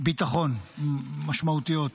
ביטחון משמעותיות.